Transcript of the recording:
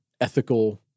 ethical